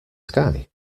sky